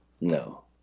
No